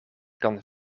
kan